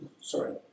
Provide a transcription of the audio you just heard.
sorry